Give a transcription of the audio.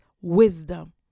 wisdom